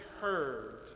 heard